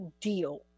deal